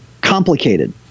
complicated